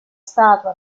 statua